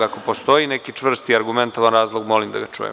Ako postoji neki čvrsti argumentovan razlog, molim da ga čujem.